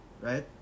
Right